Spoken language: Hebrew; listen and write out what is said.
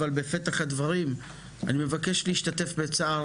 אבל בפתח הדברים אני מבקש להשתתף בצער